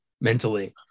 mentally